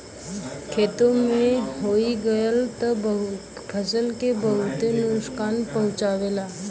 खेते में होई गयल त फसल के बहुते नुकसान पहुंचावेला